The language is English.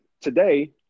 Today